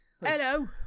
Hello